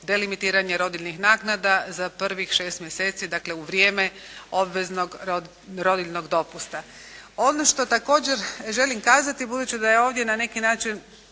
delimitiranje rodiljnih naknada za prvih 6 mjeseci. Dakle u vrijeme obveznog rodiljnog dopusta. Ono što također želim kazati budući da je ovdje na neki način